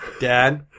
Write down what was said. Dad